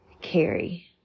carry